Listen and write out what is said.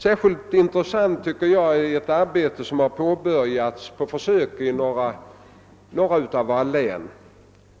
Särskilt intressant är ett försök som har påbörjats i några län.